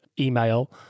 email